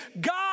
God